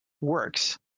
works